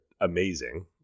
amazing